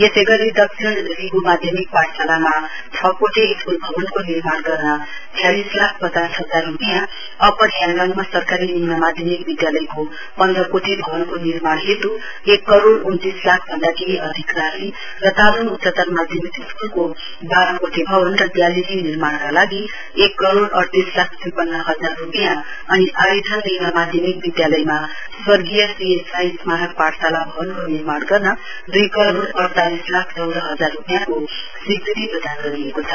यसै गरी दक्षिण रिगु माध्यमिक पाठशालामा छ कोठे स्कूल भवनको निर्माण गर्न छ्यालिस लाख पचास हजार रूपियाँ अप्पर याङगाङमा सरकारी निम्न माध्यमिक विद्यालयको पन्ध कोठे भवनको निर्माण हेत् एक करोड उन्नतीस लाख भन्दा केही अधिक राशि र तादोङ उच्चत्तर माध्यमिक स्कूलको बाह्र कोठे भवन र ग्यालेरी निर्माणका लागि एक करोड अडतीस लाख त्रिपन्न हजार रूपियाँ अनि आरिथाङ निम्न माध्यमिक विद्यालयमा स्वर्गीय सीएस राई स्मारक पाठशाला भवनको निर्माण गर्न दुई करोड अडतालिस लाख चौध हजार रूपियाँको स्वीकृति प्रदान गरिएको छ